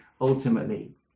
ultimately